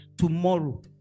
tomorrow